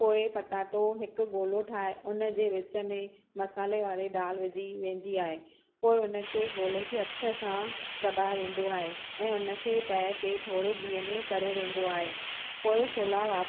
पोइ पटाटो हिकु गोलो ठाहे उनजे विच में मसाले वारी दाल विझी वेंदी आहे पोइ उनखे गोले खे हथ सां दबायो वेंदो आहे ऐं उनखे तए ते थोरे गिह में तरियो वेंदो आहे पोइ छोला राति